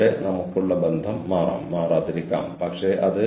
എന്തായാലും എന്റെ മുന്നിൽ ഒഴിഞ്ഞ കസേരകൾ ആണുള്ളത്